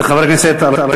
חבר הכנסת אראל